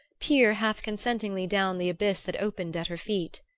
peer half-consentingly down the abyss that opened at her feet?